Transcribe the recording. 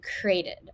created